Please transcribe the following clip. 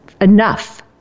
enough